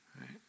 right